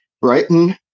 Brighton